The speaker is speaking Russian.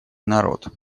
народ